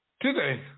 today